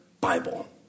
Bible